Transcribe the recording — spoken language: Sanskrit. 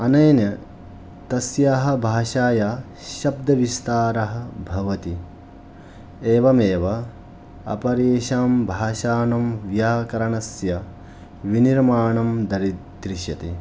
अनेन तस्याः भाषायाः शब्दविस्तारः भवति एवमेव अपरासां भाषाणां व्याकरणस्य विनिर्माणं दरीदृश्यते